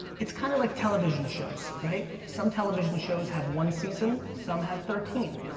it's kind of like television shows, right? some television shows have one season, some have thirteen.